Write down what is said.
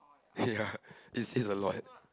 ya it says a lot